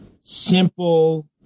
simple